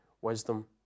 wisdom